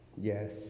Yes